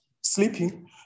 sleeping